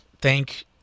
thank